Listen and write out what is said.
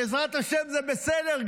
בעזרת השם זה בסדר,